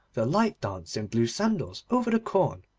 the light dance in blue sandals over the corn,